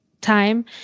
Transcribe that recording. time